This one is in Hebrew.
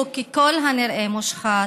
והוא ככל הנראה מושחת,